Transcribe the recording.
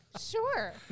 Sure